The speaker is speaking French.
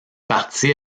partie